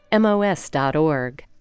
MOS.org